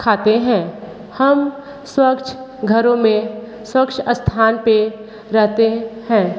खाते हैं हम स्वच्छ घरों में स्वच्छ स्थान पर रहते हैं